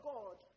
God